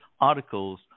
articles